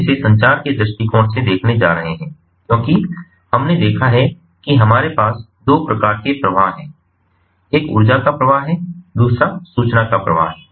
हम इसे संचार के दृष्टिकोण से देखने जा रहे हैं क्योंकि हमने देखा है कि हमारे पास 2 प्रकार के प्रवाह हैं एक ऊर्जा का प्रवाह है दूसरा सूचना का प्रवाह है